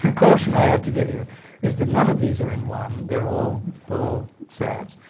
caution i have to give you is that none of these are in one, they're all full sets,